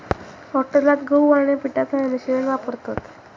हॉटेलात गहू आणि पिठाचा मिश्रण वापरतत